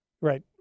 right